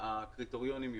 והקריטריונים יוחמרו.